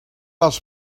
les